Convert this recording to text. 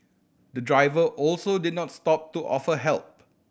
the driver also did not stop to offer help